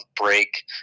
break